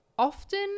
Often